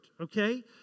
okay